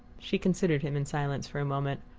she considered him in silence for a moment.